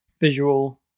visual